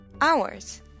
Hours